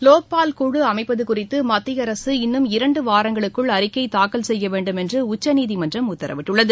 லோக்பால் குழு அமைப்பது குறித்து மத்திய அரசு இன்னும் இரண்டு வாரங்களுக்குள் அறிக்கை தாக்கல் செய்ய வேண்டும் என்று உச்சநீதிமன்றம் உத்தரவிட்டுள்ளது